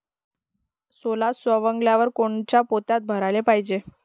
सोला सवंगल्यावर कोनच्या पोत्यात भराले पायजे?